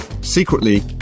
Secretly